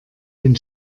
den